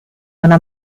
una